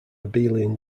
abelian